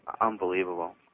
Unbelievable